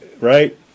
right